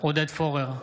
עודד פורר,